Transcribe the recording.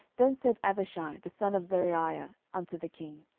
then said abishai the son of zeruiah unto the king,